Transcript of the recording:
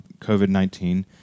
COVID-19